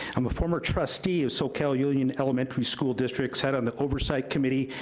i'm a former trustee of soquel union elementary school district, head on the oversight committee,